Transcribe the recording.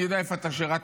אני יודע איפה אתה שירת,